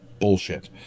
bullshit